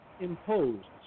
imposed